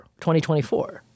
2024